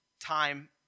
time